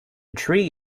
tree